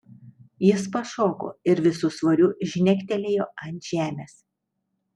jis pašoko ir visu svoriu žnektelėjo ant žemės